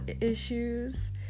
issues